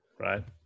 Right